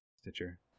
Stitcher